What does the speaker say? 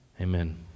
Amen